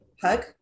Hug